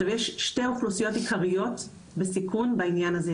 יש שתי קבוצות עיקריות בסיכון לעניין הזה.